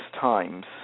times